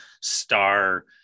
star